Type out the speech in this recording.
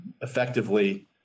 effectively